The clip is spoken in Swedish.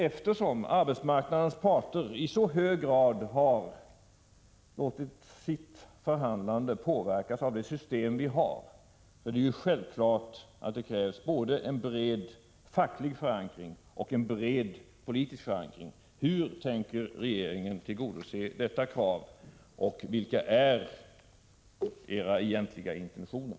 Eftersom arbetsmarknadens parter i så hög grad har låtit sitt förhandlande påverkas av det system vi har, är det självklart att det krävs både en bred facklig förankring och en bred politisk förankring. Hur tänker regeringen tillgodose detta krav? Vilka är era egentliga intentioner?